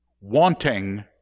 wanting